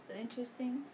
interesting